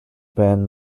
band